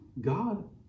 God